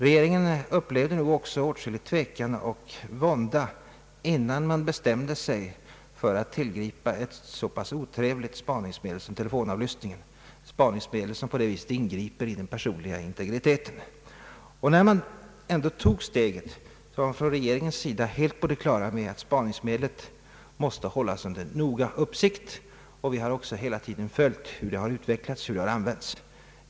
Regeringen upplevde nog också åtskillig tvekan och vånda innan den bestämde sig för att tillgripa ett så pass otrevligt spaningsmedel som telefonavlyssning, ett spaningsmedel som ingriper i den personliga integriteten. När man ändå tog detta steg var man från regeringens sida på det klara med att spaningsmedlet måste hållas under noggrann uppsikt. Vi har också hela tiden följt hur detta medel har använts.